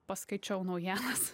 paskaičiau naujienas